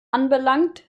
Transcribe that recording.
anbelangt